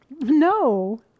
No